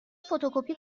فتوکپی